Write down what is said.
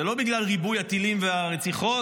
זה לא בגלל ריבוי הטילים והרציחות,